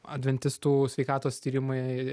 adventistų sveikatos tyrimai